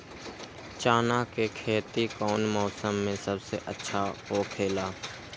चाना के खेती कौन मौसम में सबसे अच्छा होखेला?